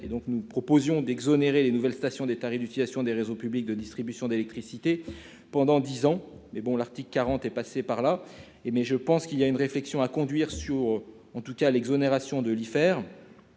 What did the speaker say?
nous proposions d'exonérer les nouvelles stations des tarifs d'utilisation des réseaux publics de distribution d'électricité pendant 10 ans, mais bon, l'Arctique 40 est passé par là et mais je pense qu'il y a une réflexion à conduire sur en tout cas l'exonération de l'IFER